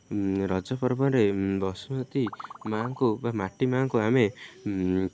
ରଜ ପର୍ବରେ ବସୁମତୀ ମା'ଙ୍କୁ ବା ମାଟି ମା'ଙ୍କୁ ଆମେ